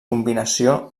combinació